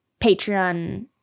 Patreon